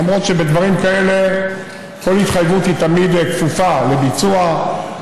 למרות שבדברים כאלה כל התחייבות היא תמיד כפופה לביצוע,